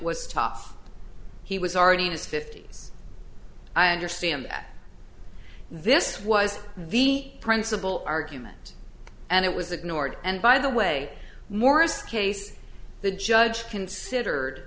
was tops he was already in his fifty's i understand that this was the principal argument and it was ignored and by the way morris case the judge considered